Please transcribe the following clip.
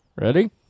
Ready